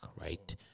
right